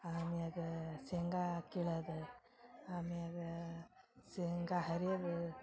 ಅಮ್ಯಾಗ ಶೇಂಗ ಕೀಳೋದು ಅಮ್ಯಾಗ ಶೇಂಗ ಹರ್ಯೋದು